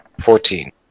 Fourteen